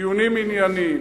דיונים ענייניים.